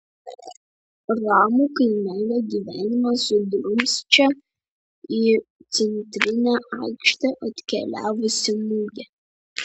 ramų kaimelio gyvenimą sudrumsčia į centrinę aikštę atkeliavusi mugė